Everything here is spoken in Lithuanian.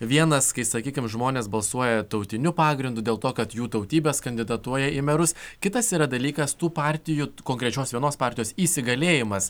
vienas kai sakykim žmonės balsuoja tautiniu pagrindu dėl to kad jų tautybės kandidatuoja į merus kitas yra dalykas tų partijų konkrečios vienos partijos įsigalėjimas